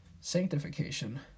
sanctification